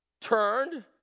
turned